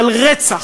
של רצח,